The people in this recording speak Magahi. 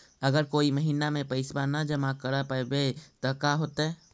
अगर कोई महिना मे पैसबा न जमा कर पईबै त का होतै?